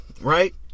Right